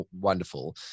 wonderful